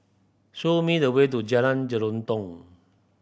show me the way to Jalan Jelutong